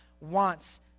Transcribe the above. wants